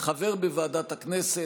חבר בוועדת הכנסת,